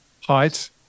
height